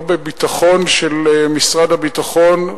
לא בביטחון של משרד הביטחון,